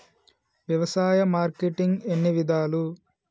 వ్యవసాయ మార్కెటింగ్ ఎన్ని విధాలు?